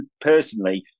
personally